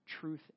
truth